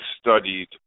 studied